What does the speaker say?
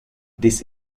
this